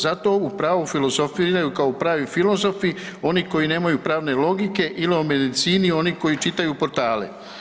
Zato … [[Govornik se ne razumije]] filozofiraju kao pravi filozofi oni koji nemaju pravne logike ili o medicini oni koji čitaju portale.